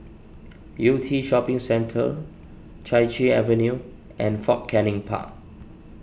Yew Tee Shopping Centre Chai Chee Avenue and Fort Canning Park